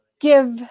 give